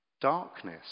darkness